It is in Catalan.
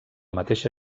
mateixa